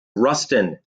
ruston